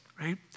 right